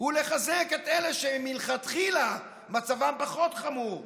הוא לחזק את אלה שמלכתחילה מצבם פחות חמור.